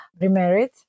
remarried